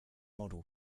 model